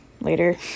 later